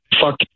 fuck